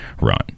run